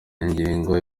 ingingo